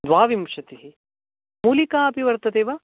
द्वाविंशतिः मूलिका अपि वर्तते वा